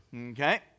Okay